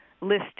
list